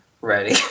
ready